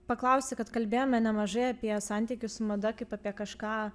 paklausti kad kalbėjome nemažai apie santykius su mada kaip apie kažką